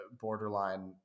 borderline